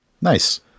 Nice